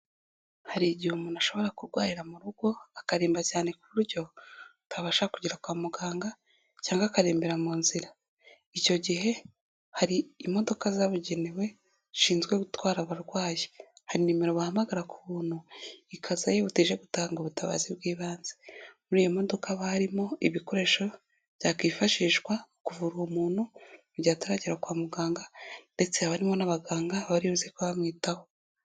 Hari igihe umuntu ashobora kurwarira mu rugo, akaremba cyane ku buryo atabasha kugera kwa muganga cyangwa akarembera mu nzira. Icyo gihe hari imodoka zabugenewe zishinzwe gutwara abarwayi. Hari nimero bahamagara ku buntu ikaza yihuta ije gutanga ubutabazi bw'ibanze. Muri iyo modoka haba harimo ibikoresho byakwifashishwa kuvura uwo muntu mu gihe ataragera kwa muganga ndetse haba harimo n'abaganga bari buze kuba bamwitaho.